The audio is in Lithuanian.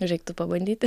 reiktų pabandyti